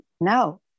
no